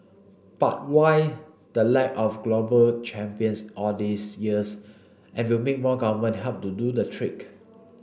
but why the lack of global champions all these years and will more government help do the trick